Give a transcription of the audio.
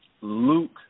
Luke